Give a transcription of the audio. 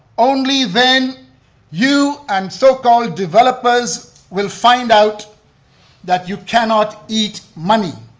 only then you and so-called developers will find out that you cannot eat money.